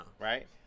right